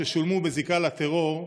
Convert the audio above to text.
ששולמו בזיקה לטרור,